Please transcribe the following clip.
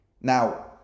Now